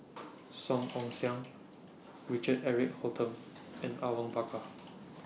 Song Ong Siang Richard Eric Holttum and Awang Bakar